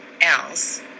else